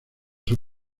sus